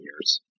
years